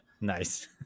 Nice